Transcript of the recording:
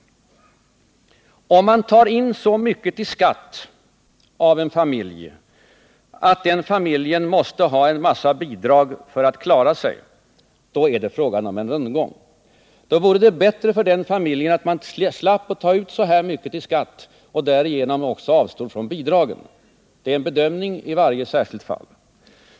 Om man tar in så mycket i skatt av en familj att den familjen måste ha en massa bidrag för att klara sig, då är det fråga om en rundgång. Då vore det bättre för den familjen att den slapp betala så mycket i skatt och därigenom också kunde avstå från bidragen. Det är en bedömning i varje särskilt fall.